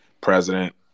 president